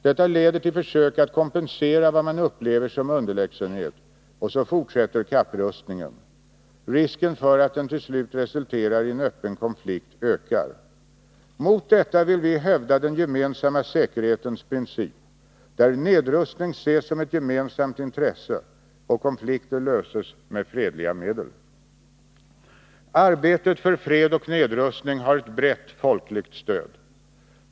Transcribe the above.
Detta leder till försök att kompensera vad man upplever som underlägsenhet och så fortsätter kapprustningen. Risken för att den till slut resulterar i en öppen konflikt ökar. Mot detta vill vi hävda den gemensamma säkerhetens princip, där nedrustning ses som ett gemensamt intresse och konflikter löses med fredliga medel. Arbetet för fred och nedrustning har ett brett folkligt stöd.